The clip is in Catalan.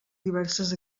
diverses